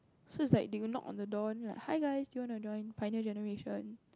so is like they will knock on the door and hi guys do you want to join pioneer-generation